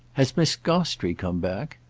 has miss gostrey come back?